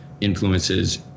influences